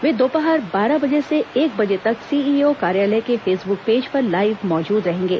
वे दोपहर बारह बजे से एक बजे तक सीईओ कार्यालय के फेसबुक पेज पर लाइव मौजूद रहेंगे